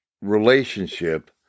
relationship